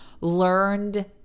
learned